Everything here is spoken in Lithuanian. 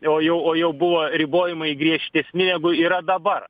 o jau o jau buvo ribojimai griežtesni negu yra dabar